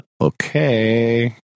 okay